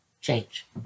change